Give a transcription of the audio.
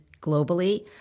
globally